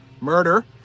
murder